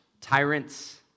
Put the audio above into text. Tyrants